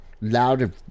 loud